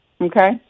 Okay